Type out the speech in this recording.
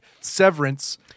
Severance